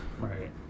Right